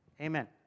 Amen